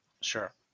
Sure